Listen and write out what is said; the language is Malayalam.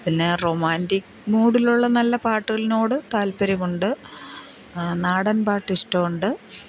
പിന്നെ റൊമാൻറിക്ക് മൂഡിലുള്ള നല്ല പാട്ടുകളോട് താൽപ്പര്യമുണ്ട് നാടൻ പാട്ട് ഇഷ്ടമുണ്ട്